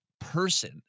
person